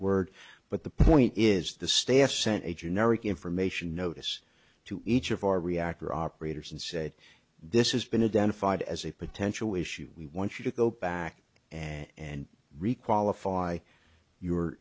word but the point is the staff sent a generic information notice to each of our reactor operators and said this has been identified as a potential issue we want you to go back and requalify your